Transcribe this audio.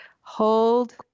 hold